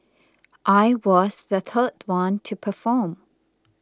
I was the third one to perform